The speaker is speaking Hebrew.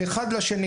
מאחד לשני,